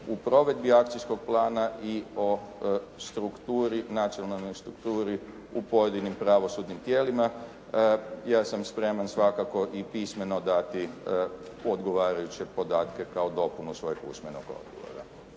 u provedbi akcijskog plana i o nacionalnoj strukturi u pojedinim pravosudnim tijelima. Ja sam spreman svakako i pismeno dati odgovarajuće podatke kao dopunu svojeg usmenog odgovora.